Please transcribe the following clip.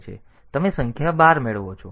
તેથી તમે સંખ્યા 12 મેળવો છો